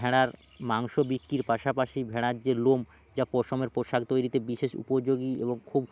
ভেড়ার মাংস বিক্রির পাশপাশি ভেড়ার যে লোম যা পশমের পোশাক তৈরিতে বিশেষ উপযোগী এবং খুব